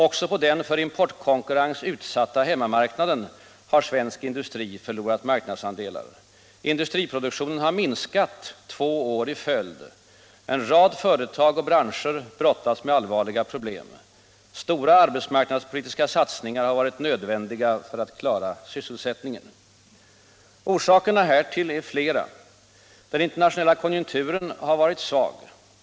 Också på den för importkonkurrens utsatta hemmamarknaden har svensk industri förlorat marknadsandelar. Industriproduktionen har minskat två år i följd. En rad företag och branscher brottas med allvarliga problem. Stora arbetsmarknadspolitiska satsningar har varit nödvändiga för att klara sysselsättningen. Orsakerna härtill är flera. Den internationella konjunkturen har varit svag.